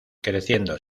creciendo